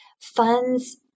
funds